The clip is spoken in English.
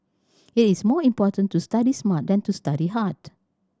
it is more important to study smart than to study hard